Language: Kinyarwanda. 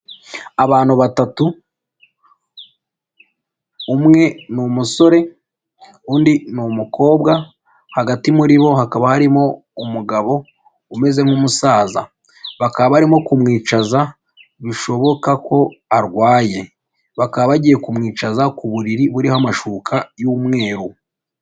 Abantu batatu umwe ni umusore, undi n'umukobwa hagati muri bo hakaba harimo umugabo umeze nk'umusaza. Bakaba barimo kumwicaza bishoboka ko arwaye. Bakaba bagiye kumwicaza ku buriri buriho amashuka y'umweru.